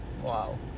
Wow